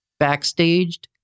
Backstaged